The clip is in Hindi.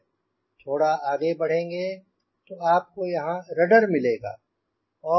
थोड़ा आगे बढ़ेंगे तो आपको यहांँ रडर मिलेगा